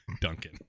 Duncan